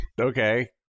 Okay